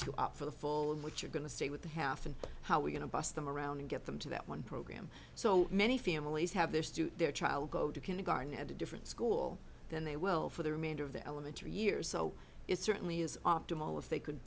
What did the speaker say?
opt for the full and what you're going to stay with the half and how we're going to bus them around and get them to that one program so many families have their student their child go to kindergarten at a different school than they will for the remainder of the elementary years so it certainly is optimal if they could